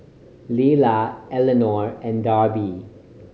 Lila Elinor and Darby